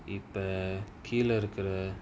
இப்ப கீழ இருக்குர:ippa keela irukura